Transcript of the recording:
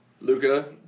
Luca